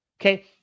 Okay